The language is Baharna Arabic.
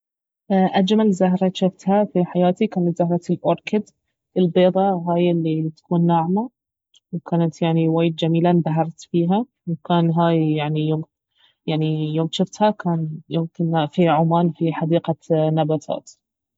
اجمل زهرة جفتها في حياتي كانت زهرة الاوركيد البيضا هاي الي تكون ناعمة وكانت يعني وايد جميلة انبهرت فيها وكان هاي يعني يوم يعني يوم جفتها كان يوم كنا في عمان في حديقة نباتات